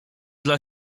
dla